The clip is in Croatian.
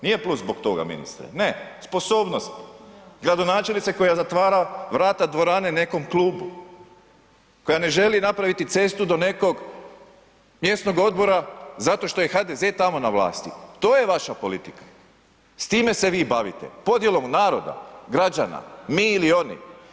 Nije plus zbog toga, ministre, ne, sposobnost gradonačelnice koja zatvara vrata dvorane nekom klubu, koja ne želi napraviti cestu do nekog mjesnog odbora zato što je HDZ tamo na vlasti, to je vaša politika, s time se vi bavite, podjelom naroda, građana, mi ili oni.